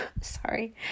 sorry